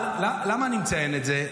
למה אני מציין את זה?